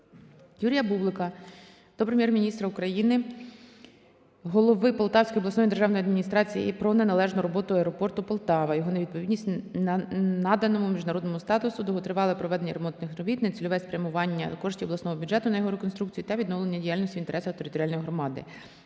Юрія Бублика до Прем'єр-міністра України, голови Полтавської обласної державної адміністрації про неналежну роботу аеропорту "Полтава", його невідповідність наданому міжнародному статусу, довготривале проведення ремонтних робіт, нецільове спрямування коштів обласного бюджету на його реконструкцію та відновлення діяльності в інтересах територіальної громади.